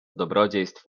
dobrodziejstw